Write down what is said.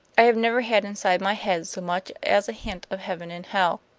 i have never had inside my head so much as a hint of heaven and hell.